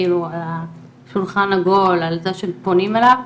כאילו על השולחן עגול, על זה שפונים אליו,